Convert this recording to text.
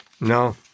No